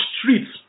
streets